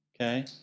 okay